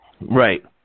right